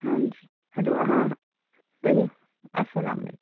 hello ہاں ؤنیو اَسلامُ علیکُم